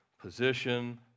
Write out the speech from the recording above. position